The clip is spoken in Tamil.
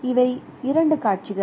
இவை இரண்டு காட்சிகள்